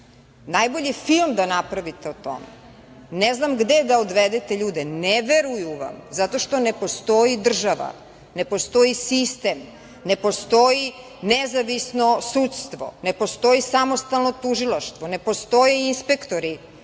najbolji film da napravite o tome, ne znam gde da odvedete ljude, ne veruju vam zao što ne postoji država, ne postoji sistem, ne postoji nezavisno sudstvo, ne postoji samostalno tužilaštvo, ne postoje inspektori,